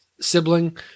sibling